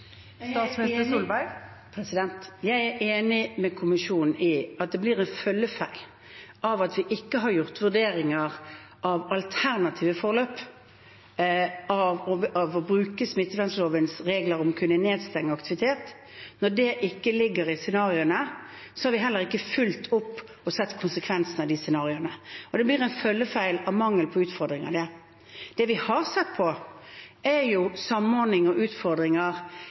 Jeg er enig med kommisjonen i at det blir en følgefeil av at vi ikke har gjort vurderinger av alternative forløp av å bruke smittevernlovens regler om å kunne stenge ned aktivitet. Når det ikke ligger i scenarioene, har vi heller ikke fulgt opp og sett konsekvensene av de scenarioene. Det blir en følgefeil på grunn av mangel på utfordringer med tanke på det. Det vi har sett på, er samordning og utfordringer